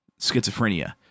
schizophrenia